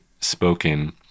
spoken